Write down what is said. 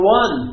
one